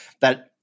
that-